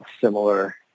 similar